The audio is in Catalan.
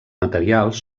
materials